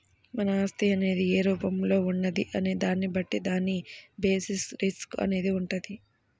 మన ఆస్తి అనేది ఏ రూపంలో ఉన్నది అనే దాన్ని బట్టి దాని బేసిస్ రిస్క్ అనేది వుంటది